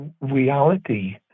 reality